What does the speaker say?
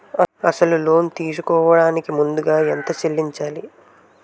అసలు లోన్ తీసుకోడానికి ముందుగా ఎంత చెల్లించాలి?